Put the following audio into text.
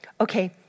okay